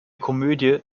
komödie